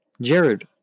Jared